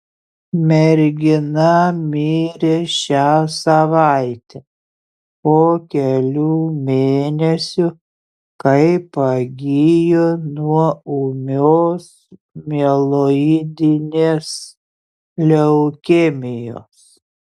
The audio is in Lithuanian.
mergina mirė šią savaitę po kelių mėnesių kai pagijo nuo ūmios mieloidinės leukemijos